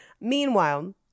Meanwhile